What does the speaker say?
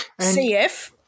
CF